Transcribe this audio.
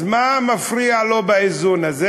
אז מה מפריע לו באיזון הזה?